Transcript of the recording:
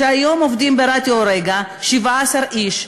שהיום עובדים ברדיו רק"ע 17 איש.